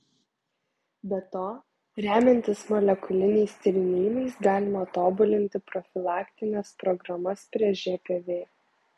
be to remiantis molekuliniais tyrinėjimais galima tobulinti profilaktines programas prieš žpv